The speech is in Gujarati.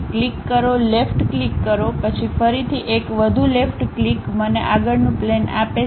ક્લિક કરો લેફ્ટ ક્લિક કરો પછી ફરીથી એક વધુ લેફ્ટ ક્લિક મને આગળનું પ્લેન આપે છે